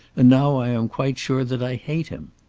and now i am quite sure that i hate him.